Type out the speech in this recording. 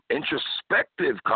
Introspective